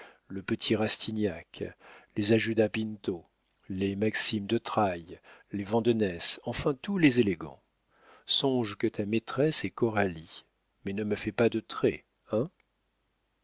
le petit rastignac les ajuda pinto les maxime de trailles les vandenesse enfin tous les élégants songe que ta maîtresse est coralie mais ne me fais pas de traits hein